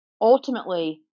Ultimately